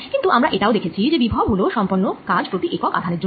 কিন্তু আমরা এটাও দেখেছি যে বিভব হল সম্পন্ন কাজ প্রতি একক আধানের জন্য